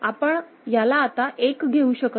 आपण याला आता 1 घेऊ शकत नाही